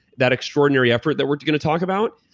that extraordinary effort that we're going to talk about,